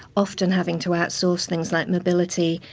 often having to outsource things like mobility,